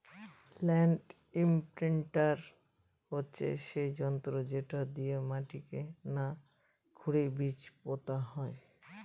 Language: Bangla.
ল্যান্ড ইমপ্রিন্টার হচ্ছে সেই যন্ত্র যেটা দিয়ে মাটিকে না খুরেই বীজ পোতা হয়